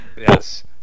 Yes